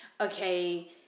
okay